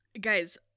Guys